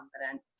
confident